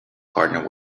partner